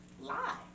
lie